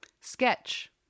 sketch